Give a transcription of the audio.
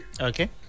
okay